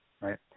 right